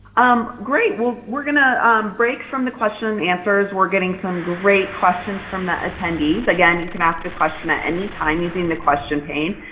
um great, well, we're gonna um break from the question and answers we're getting some great questions from the attendees. again, you can ask a question at any time, using the question pane.